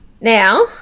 Now